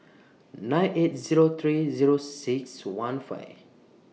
nine eight Zero three Zero six one five